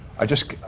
i just